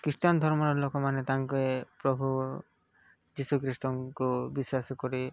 Christian ଧର୍ମର ଲୋକମାନେ ତାଙ୍କେ ପ୍ରଭୁ ଜୀଶୁ କ୍ରୀଷ୍ଟଙ୍କୁ ବିଶ୍ୱାସ କରି